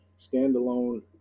standalone